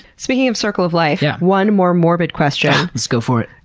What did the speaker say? speaking of circle of life, yeah one more morbid question. ah, let's go for it.